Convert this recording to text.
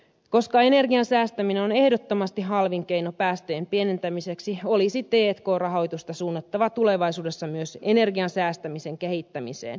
koska energian säästäminen on ehdottomasti halvin keino päästöjen pienentämiseksi olisi t k rahoitusta suunnattava tulevaisuudessa myös energian säästämisen kehittämiseen